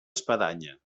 espadanya